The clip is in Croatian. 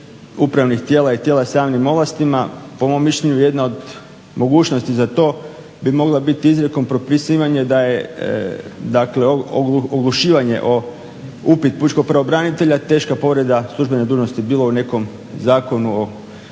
upravnih tijela i tijela s javnim ovlastima. Po mom mišljenju jedna od mogućnosti za to bi mogla biti izrijekom propisivanje da je, dakle oglušivanje o upit pučkog pravobranitelja teška povreda službene dužnosti, bilo u nekom Zakonu o